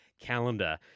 calendar